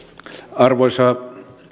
arvoisa